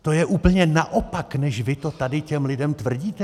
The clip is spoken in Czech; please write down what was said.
To je úplně naopak, než vy to tady těm lidem tvrdíte.